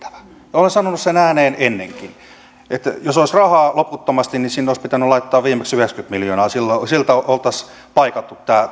olen sanonut sen ääneen ennenkin jos olisi rahaa loputtomasti sinne olisi pitänyt laittaa viimeksi yhdeksänkymmentä miljoonaa sillä oltaisiin paikattu